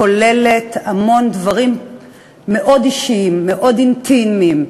כוללת המון דברים מאוד אישיים, מאוד אינטימיים.